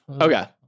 Okay